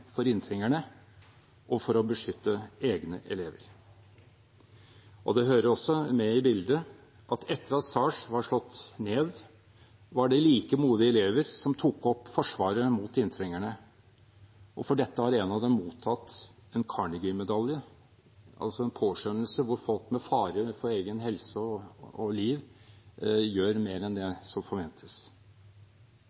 for inntrengerne og for å beskytte egne elever. Det hører også med i bildet at etter at Saers var slått ned, var det like modige elever som tok opp forsvaret mot inntrengerne. For dette har en av dem mottatt Carnegiemedaljen, en påskjønnelse til folk som med fare for egen helse og liv gjør mer enn det